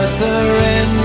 surrender